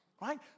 Right